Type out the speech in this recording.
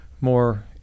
more